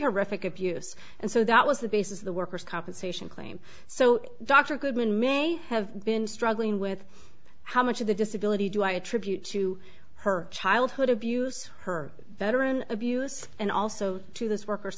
horrific abuse and so that was the basis of the worker's compensation claim so dr goodman may have been struggling with how much of the disability do i attribute to her childhood abuse her veteran abuse and also to this worker